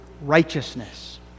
righteousness